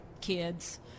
kids